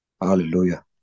Hallelujah